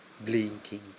blinking